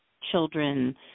children